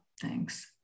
thanks